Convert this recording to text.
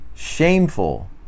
Shameful